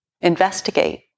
investigate